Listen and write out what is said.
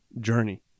journey